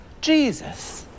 Jesus